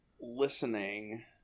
listening